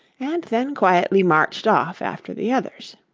and then quietly marched off after the others.